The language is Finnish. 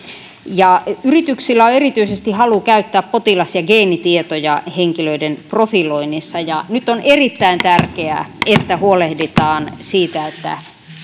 yrityksillä on erityisesti halu käyttää potilas ja geenitietoja henkilöiden profiloinnissa ja nyt on erittäin tärkeää että huolehditaan siitä että